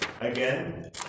again